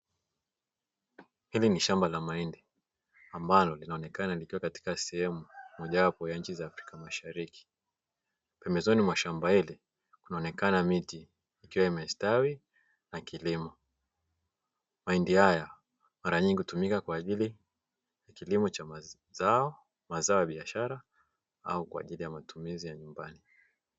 Hili ni shamba la mahindi ambalo linaonekana likiwa katika sehemu mojawapo ya nchi za afrika mashariki, pembezoni mwa shamba hili kunaonekana miti ikiwa imestawi na kilimo, mahindi haya mara nyingi utumika kwaajili ya kilimo cha mazao ya biashara au kwaajili ya matumizi ya nyumbani.